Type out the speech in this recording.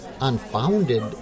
unfounded